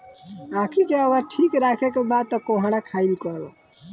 आंखी के अगर ठीक राखे के बा तअ कोहड़ा खाइल करअ